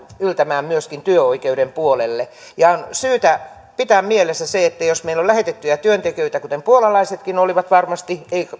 yltämään myöskin työoikeuden puolelle on syytä pitää mielessä se että jos meillä on lähetettyjä työntekijöitä kuten puolalaisetkin olivat varmasti